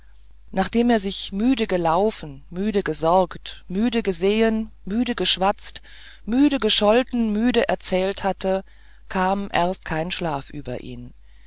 nachdem er sich müde gelaufen müde gesorgt müde gesehen müde geschwatzt müde gescholten müde erzählt hatte kam erst kein schlaf über ihn